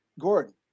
Gordon